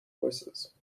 voices